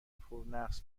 پرنقص